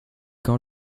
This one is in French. quand